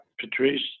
Patrice